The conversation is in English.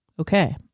Okay